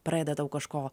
pradeda tau kažko